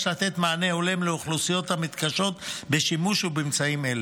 לתת מענה הולם לאוכלוסיות המתקשות בשימוש באמצעים אלו,